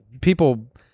people